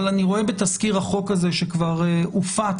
אבל אני רואה בתזכיר החוק הזה שכבר הופץ